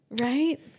Right